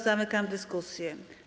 Zamykam dyskusję.